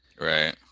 Right